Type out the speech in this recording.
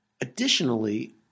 Additionally